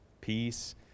peace